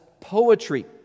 poetry